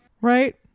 right